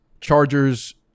Chargers